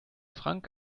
frank